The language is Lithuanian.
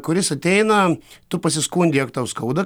kuris ateina tu pasiskundei jog tau skauda